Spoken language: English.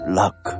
luck